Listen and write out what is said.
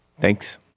Thanks